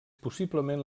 possiblement